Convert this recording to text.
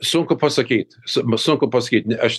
sunku pasakyti sunku pasakyt ne aš